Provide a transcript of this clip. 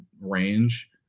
range